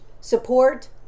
support